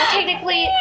Technically